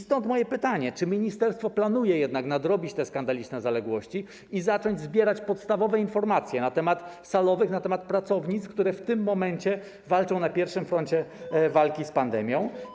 Stąd moje pytanie, czy ministerstwo planuje jednak nadrobić te skandaliczne zaległości i zacząć zbierać podstawowe informacje na temat salowych, na temat pracownic, które w tym momencie walczą na pierwszej linii frontu walki z pandemią.